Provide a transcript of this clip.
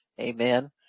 Amen